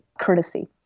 courtesy